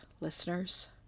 listeners